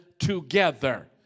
together